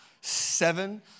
Seven